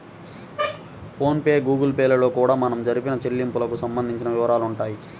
phone pay Google Pay లలో కూడా మనం జరిపిన చెల్లింపులకు సంబంధించిన వివరాలుంటాయి